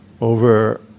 over